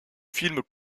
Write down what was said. film